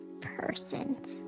Persons